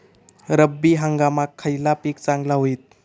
रब्बी हंगामाक खयला पीक चांगला होईत?